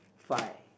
five